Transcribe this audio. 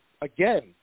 again